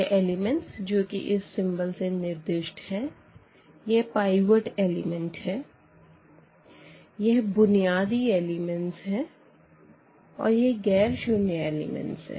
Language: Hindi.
यह एलिमेंट्स जो कि इस सिंबल से निर्दिष्ट है यह पाइवट एलिमेंट है यह बुनियादी एलिमेंट्स है और यह गैर शून्य एलिमेंट्स है